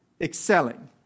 excelling